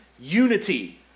Unity